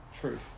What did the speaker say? truth